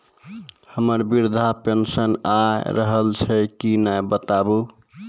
हमर वृद्धा पेंशन आय रहल छै कि नैय बताबू?